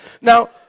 Now